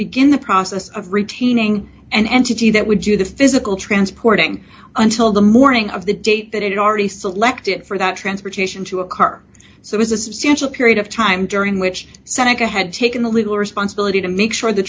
begin the process of retaining an entity that would do the physical transporting until the morning of the date that it already selected for that transportation to occur so there's a substantial period of time during which seneca had taken the legal responsibility to make sure the